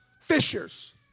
fishers